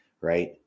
Right